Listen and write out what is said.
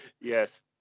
yes